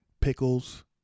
Pickles